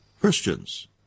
Christians